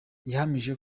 yahamije